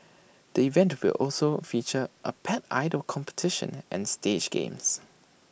the event will also feature A pet idol competition and stage games